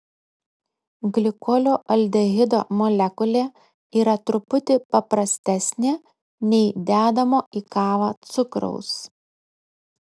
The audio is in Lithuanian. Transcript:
glikolio aldehido molekulė yra truputį paprastesnė nei dedamo į kavą cukraus